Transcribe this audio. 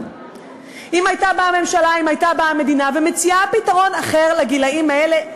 לו באה המדינה והציעה פתרון אחר לגילאים האלה,